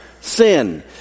Sin